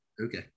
okay